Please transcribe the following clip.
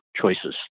choices